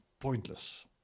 pointless